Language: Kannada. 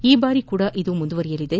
ಈ ಬಾರಿಯೂ ಇದು ಮುಂದುವರೆಯಲಿದೆ